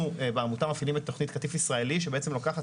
אנחנו בעמותה מפעילים את תכנית קטיף ישראלי שבעצם לוקחת